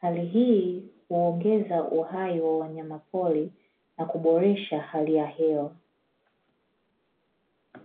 Hali hii huongeza uhai wa wanyamapori na kuboresha hali ya hewa.